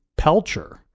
Pelcher